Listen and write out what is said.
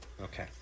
Okay